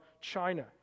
China